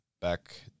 back